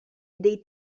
dei